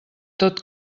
tot